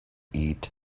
eat